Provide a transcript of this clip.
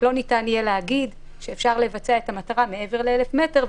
לא ניתן יהיה להגיד שאפשר יהיה לבצע את המטרה מעבר ל-1,000 מטר,